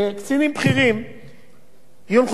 יוכלו להדריך בבתי-הספר וללמד.